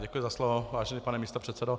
Děkuji za slovo, vážený pane místopředsedo.